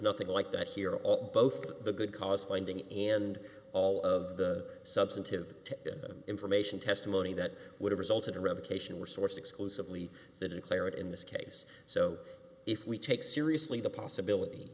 nothing like that here all both the good cause finding and all of the substantive information testimony that would result in a revocation were sourced exclusively the declarant in this case so if we take seriously the possibility